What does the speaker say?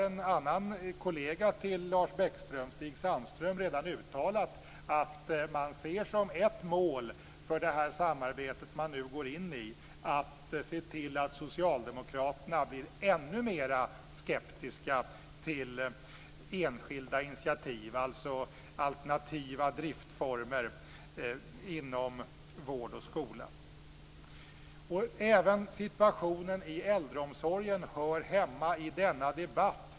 En kollega till Lars Bäckström, Stig Sandström, har redan uttalat att man ser som ett mål för det samarbete man nu går in i att se till att socialdemokraterna blir ännu mer skeptiska till enskilda initiativ, alltså alternativa driftformer inom vård och skola. Även situationen i äldreomsorgen hör hemma i denna debatt.